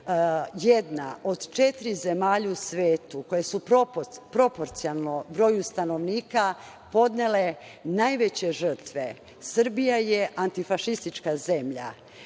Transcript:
jedna od četiri zemlje u svetu koje su proporcionalno broju stanovnika podnele najveće žrtve. Srbija je antifašistička zemlja.